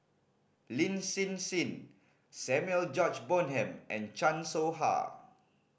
Lin Hsin Hsin Samuel George Bonham and Chan Soh Ha